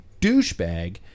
douchebag